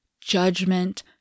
judgment